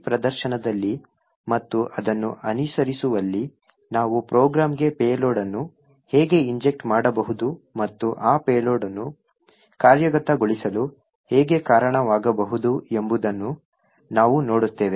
ಈ ಪ್ರದರ್ಶನದಲ್ಲಿ ಮತ್ತು ಅದನ್ನು ಅನುಸರಿಸುವಲ್ಲಿ ನಾವು ಪ್ರೋಗ್ರಾಂಗೆ ಪೇಲೋಡ್ ಅನ್ನು ಹೇಗೆ ಇಂಜೆಕ್ಟ್ ಮಾಡಬಹುದು ಮತ್ತು ಆ ಪೇಲೋಡ್ ಅನ್ನು ಕಾರ್ಯಗತಗೊಳಿಸಲು ಹೇಗೆ ಕಾರಣವಾಗಬಹುದು ಎಂಬುದನ್ನು ನಾವು ನೋಡುತ್ತೇವೆ